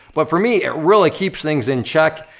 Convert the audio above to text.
but for me it really keeps things in check,